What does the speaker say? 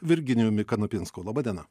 virginijumi kanapinsku laba diena